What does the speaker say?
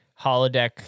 holodeck